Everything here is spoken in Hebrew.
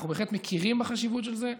אנחנו בהחלט מכירים בחשיבות של זה,